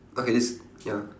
okay this ya